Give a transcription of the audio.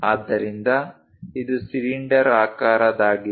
ಆದ್ದರಿಂದ ಇದು ಸಿಲಿಂಡರಾಕಾರದಾಗಿದೆ